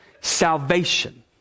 salvation